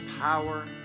power